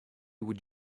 would